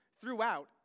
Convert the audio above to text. throughout